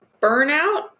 burnout